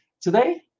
Today